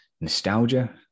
nostalgia